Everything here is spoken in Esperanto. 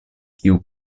kiu